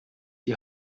die